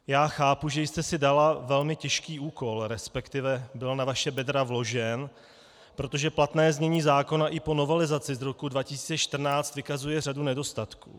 Já chápu, že jste si dala velmi těžký úkol, resp. byl na vaše bedra vložen, protože platné znění zákona i po novelizaci zákona z roku 2014 vykazuje řadu nedostatků.